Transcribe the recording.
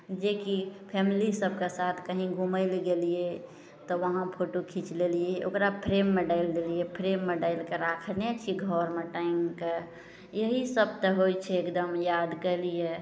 जे की फैमिली सबके साथ कहीं घुमय भी गेलियै तऽ वहाँ फोटो खीच लेलियै ओकरा फ्रेममे डालि देलियै फ्रेममे डालि कऽ राखने छियै घरमे टाङ्गि कऽ यही सब तऽ होइ छै एकदम यादके लिये